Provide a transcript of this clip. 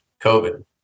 COVID